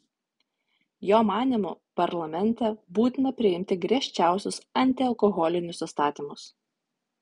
jo manymu parlamente būtina priimti griežčiausius antialkoholinius įstatymus